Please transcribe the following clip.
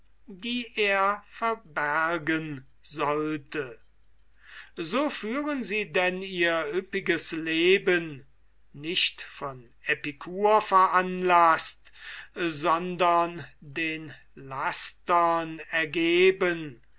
die er verbergen sollte so führen sie denn ihr üppiges leben nicht vom epikur veranlaßt sondern den lastern ergeben